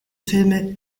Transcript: filme